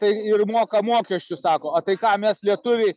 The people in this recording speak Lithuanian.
tai ir moka mokesčius sakoo tai ką mes lietuviai